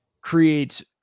creates